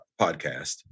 podcast